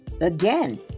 again